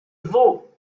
vaud